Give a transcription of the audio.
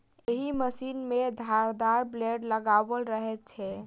एहि मशीन मे धारदार ब्लेड लगाओल रहैत छै